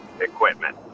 equipment